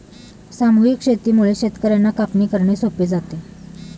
सामूहिक शेतीमुळे शेतकर्यांना कापणी करणे सोपे जाते